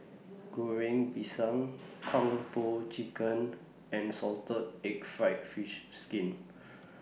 Goreng Pisang Kung Po Chicken and Salted Egg Fried Fish Skin